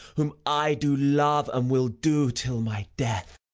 whom i do love and will do till my death.